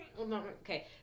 okay